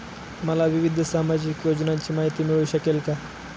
मला विविध सामाजिक योजनांची माहिती मिळू शकेल का?